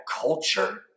culture